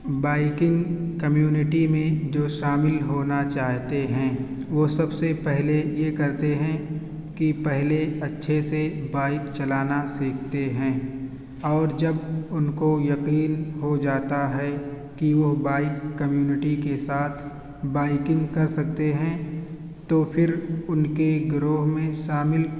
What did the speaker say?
biking community میں جو شامل ہونا چاہتے ہیں وہ سب سے پہلے یہ کرتے ہیں کہ پہلے اچھے سے بائک چلانا سیکھتے ہیں اور جب ان کو یقین ہو جاتا ہے کہ وہ بائک کمیونٹی کے ساتھ بائکنگ کر سکتے ہیں تو پھر ان کے گروہ میں شامل